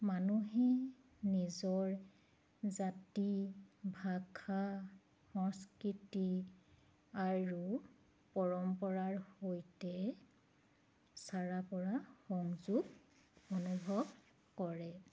মানুহে নিজৰ জাতি ভাষা সংস্কৃতি আৰু পৰম্পৰাৰ সৈতে সংযোগ অনুভৱ কৰে